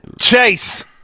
Chase